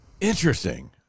Interesting